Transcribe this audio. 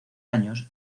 años